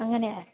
അങ്ങനെയാ